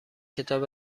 کتاب